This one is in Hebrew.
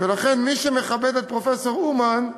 ולכן מי שמכבד את פרופסור אומן,